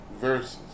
verses